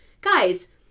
Guys